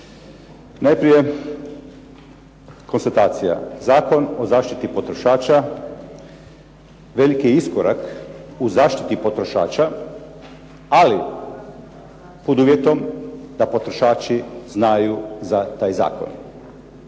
Najprije konstatacija. Zakon o zaštiti potrošača veliki je iskorak u zaštiti potrošača, ali pod uvjetom da potrošači znaju za taj zakon,